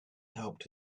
helped